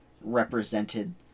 represented